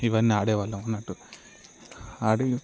ఇవన్నీ ఆడే వాళ్ళం అన్నట్టు ఆడి